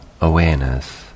awareness